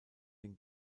den